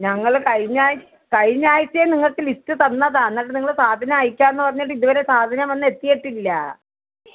ഞങ്ങൾ കഴിഞ്ഞ ആഴ് കഴിഞ്ഞ ആഴ്ച്ചയേ നിങ്ങൾക്ക് ലിസ്റ്റ് തന്നതാണ് എന്നിട്ട് നിങ്ങൾ സാധനം അയയ്ക്കാമെന്ന് പറഞ്ഞിട്ട് ഇതുവരെ സാധനം വന്ന് എത്തിയിട്ടില്ല